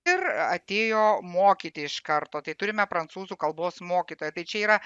ir atėjo mokyti iš karto tai turime prancūzų kalbos mokytoją tai čia yra